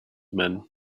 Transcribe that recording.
men